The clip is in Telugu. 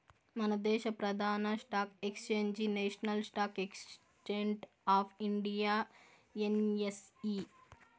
మనదేశ ప్రదాన stock exchange national stock exchange of India NSE